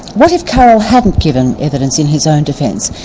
what if carroll hadn't given evidence in his own defence,